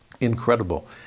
Incredible